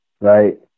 right